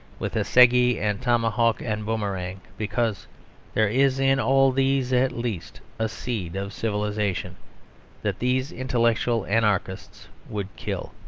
with assegai and tomahawk and boomerang, because there is in all these at least a seed of civilisation that these intellectual anarchists would kill.